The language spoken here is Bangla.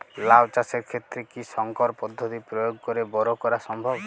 লাও চাষের ক্ষেত্রে কি সংকর পদ্ধতি প্রয়োগ করে বরো করা সম্ভব?